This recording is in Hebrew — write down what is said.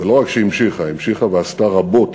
ולא רק שהמשיכה, המשיכה ועשתה רבות